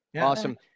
Awesome